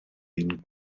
ein